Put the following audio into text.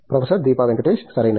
professor Deepa Venkatesh సరైనది